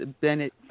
Bennett